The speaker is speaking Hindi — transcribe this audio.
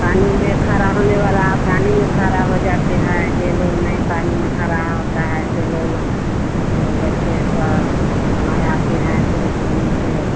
पानी में खरा होने वाला पानी में खरा हो जाते हैं जे लोग नहीं पानी में खरा होता है ऐसे लोग ए बैठे का समय आते हैं सूरज उगने के